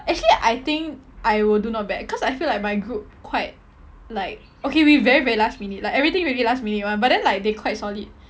actually I think I will do not bad cause I feel like my group quite like okay we very very last minute like everything we did like last minute [one] but then like they quite solid